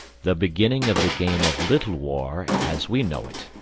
the beginning of the game of little war, as we know it,